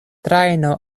trajno